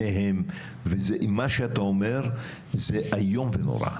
מה שאתה אומר זה איום ונורא,